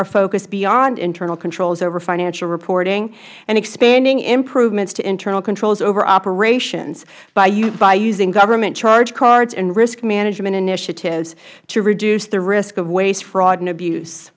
our focus beyond internal controls over financial reporting and expanding improvements to internal controls over operations by using government charge cards and riskmanagement initiatives to reduce the risk of waste fraud and abuse